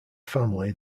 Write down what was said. family